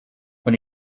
when